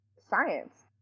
science